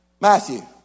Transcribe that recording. Matthew